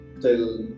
till